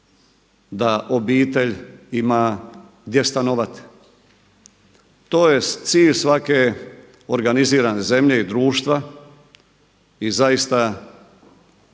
da obitelj ima gdje stanovati. To je cilj svake organizirane zemlje i društva i zaista